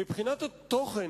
מבחינת התוכן,